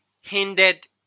hindered